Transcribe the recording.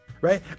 right